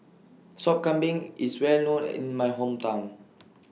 Sop Kambing IS Well known in My Hometown